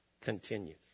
continues